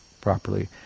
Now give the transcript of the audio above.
properly